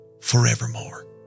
forevermore